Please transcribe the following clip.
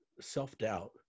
self-doubt